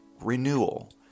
renewal